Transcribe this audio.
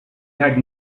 had